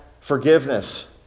forgiveness